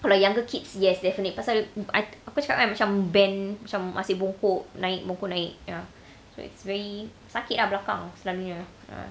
kalau younger kids yes definitely pasal aku cakap kan macam bend asyik bongkok naik bongkok naik ya it's very sakit ah belakang